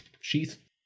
sheath